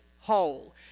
whole